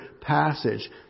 passage